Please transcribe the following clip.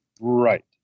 Right